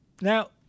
Now